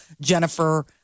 Jennifer